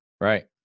Right